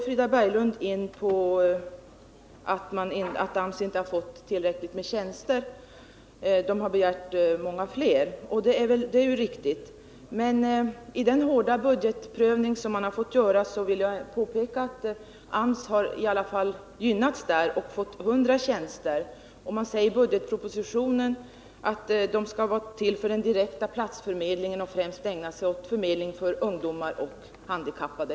Frida Berglund går in på att AMS inte fått tillräckligt med tjänster. Det är riktigt att de har begärt många fler än de fått, men i den hårda budgetprövning man har fått göra har AMS i alla fall gynnats och fått 100 nya tjänster. I budgetpropositionen sägs att dessa skall vara till för direkt platsförmedling och speciellt ägnas åt ungdomar och handikappade.